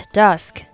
dusk